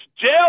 Jail